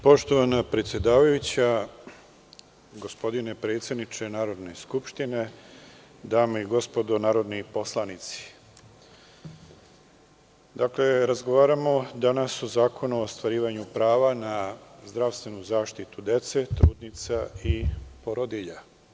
Poštovana predsedavajuća, gospodine predsedniče Narodne skupštine, dame i gospodo narodni poslanici, razgovaramo danas o Zakonu o ostvarivanju prava na zdravstvenu zaštitu dece, trudnica i porodilja.